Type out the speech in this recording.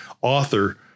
author